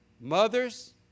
Mothers